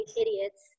idiots